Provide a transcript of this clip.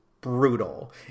brutal